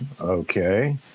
Okay